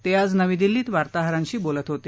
ते आज नवी दिल्लीत वार्ताहरांशी बोलत होते